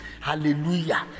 Hallelujah